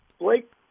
Blake